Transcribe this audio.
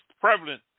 prevalent